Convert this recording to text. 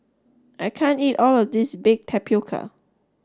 I can't eat all of this Baked Tapioca